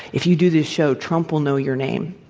if you do this show, trump will know your name.